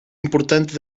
importante